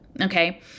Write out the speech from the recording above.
okay